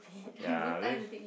ya this